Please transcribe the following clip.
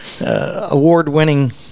award-winning